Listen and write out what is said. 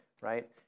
right